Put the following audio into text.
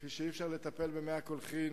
כפי שאי-אפשר לטפל במי הקולחין